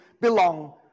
belong